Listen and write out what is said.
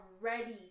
ready